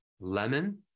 lemon